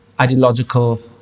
ideological